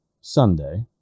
Sunday